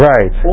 Right